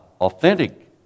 authentic